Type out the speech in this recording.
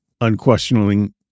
unquestioning